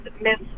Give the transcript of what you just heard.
Miss